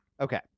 Okay